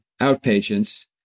outpatients